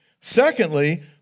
Secondly